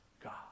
God